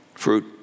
fruit